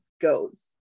goes